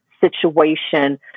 situation